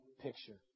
picture